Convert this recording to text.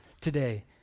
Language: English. today